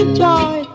joy